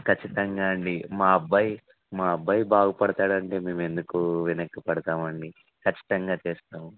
ఖచ్చితంగా అండి మా అబ్బాయి మా అబ్బాయి బాగుపడతాడు అంటే మేము ఎందుకు వెనక్కి పడతాము అండి ఖచ్చితంగా చేస్తాము